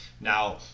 Now